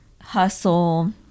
hustle